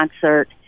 concert